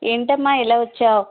ఏంటమ్మా ఇలా వచ్చావు